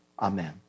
Amen